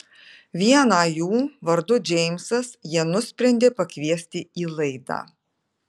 vieną jų vardu džeimsas jie nusprendė pakviesti į laidą